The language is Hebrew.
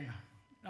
כן.